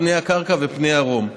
פני הקרקע ופני הרום.